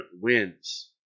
wins